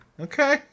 okay